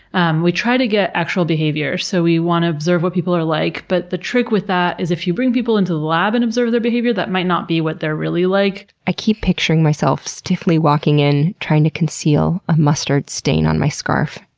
and we try to get actual behavior. so we want to observe what people are like, but the trick with that is if you bring people into the lab and observe their behavior that might not be what they're really like. i keep picturing myself stiffly walking in, trying to conceal a mustard stain on my scarf,